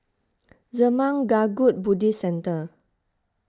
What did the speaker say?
Zurmang Kagyud Buddhist Centre